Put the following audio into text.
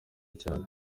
cyane